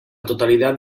totalidad